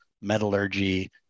metallurgy